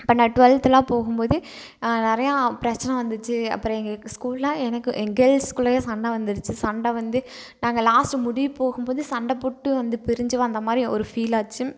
அப்போ நான் டுவெல்த்துலாம் போகும்போது நிறையா பிரச்சனை வந்துச்சு அப்புறம் எங்களுக்கு ஸ்கூல்லாம் எனக்கு எங் கேர்ள்ஸ்குள்ளேயே சண்டை வந்துருச்சு சண்டை வந்து நாங்கள் லாஸ்ட்டு முடிய போகும்போது சண்டை போட்டு வந்து பிரிஞ்சு வந்த மாதிரி ஒரு ஃபீல் ஆச்சு